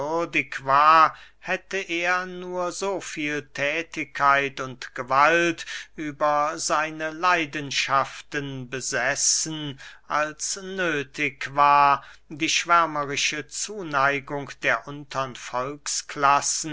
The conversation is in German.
würdig war hätte er nur so viel thätigkeit und gewalt über seine leidenschaften besessen als nöthig war die schwärmerische zuneigung der untern